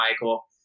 Michael